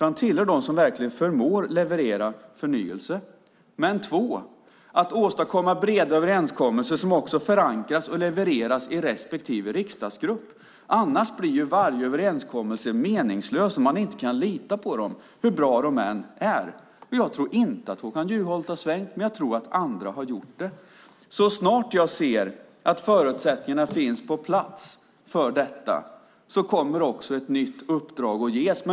Han tillhör dem som verkligen förmår leverera förnyelse. För det andra att åstadkomma breda överenskommelser som också förankras och levereras i respektive riksdagsgrupp. Annars blir varje överenskommelse meningslös om man inte kan lita på dem hur bra de än är. Jag tror inte att Håkan Juholt har svängt, men jag tror att andra har gjort det. Så snart jag ser att förutsättningarna finns på plats för detta kommer också ett nytt uppdrag att ges.